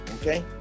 Okay